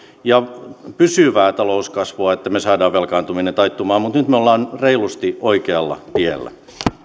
ja pysyvää talouskasvua että me saamme velkaantumisen taittumaan mutta nyt me olemme reilusti oikealla tiellä